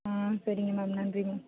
ஆ சரிங்க மேம் நன்றி மேம்